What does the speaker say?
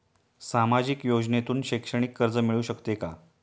सामाजिक योजनेतून शैक्षणिक कर्ज मिळू शकते का?